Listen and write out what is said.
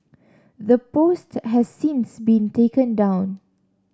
the post has since been taken down